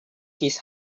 his